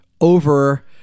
over